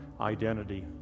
identity